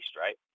right